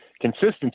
consistency